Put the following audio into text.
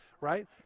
right